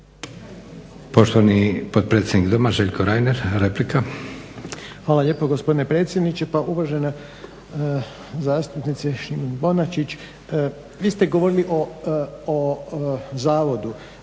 Poštovani potpredsjednik Doma Željko Reiner replika. **Reiner, Željko (HDZ)** Hvala lijepo gospodine predsjedniče. Pa uvažena zastupnice Šimac-Bonačić vi ste govorili o zavodu,